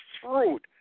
fruit